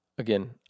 Again